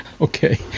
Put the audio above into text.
okay